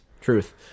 Truth